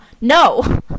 no